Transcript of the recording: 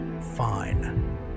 Fine